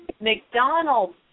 McDonald's